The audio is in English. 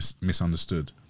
misunderstood